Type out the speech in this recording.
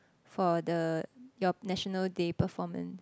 for the your National Day performance